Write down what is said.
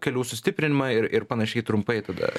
kelių sustiprinimą ir ir panašiai trumpai tada